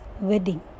wedding